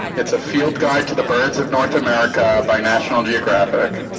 it's a field guide to the birds of north america by national geographic. and